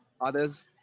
others